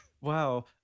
Wow